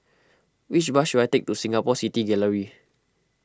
which bus should I take to Singapore City Gallery